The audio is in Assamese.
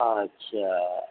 আচ্ছা